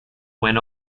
went